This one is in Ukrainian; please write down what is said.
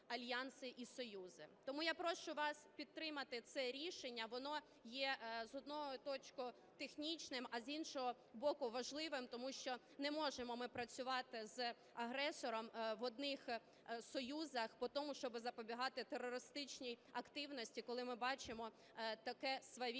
Тому я прошу вас підтримати це рішення, воно є, з однієї точки технічним, а з іншого боку важливим, тому що не можемо ми працювати з агресором в одних союзах по тому, щоби запобігати терористичній активності, коли ми бачимо таке свавілля…